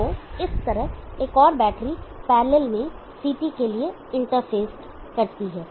तो इस तरह एक और बैटरी पैरलल में CT के लिए इंटरफ़ेसड करती है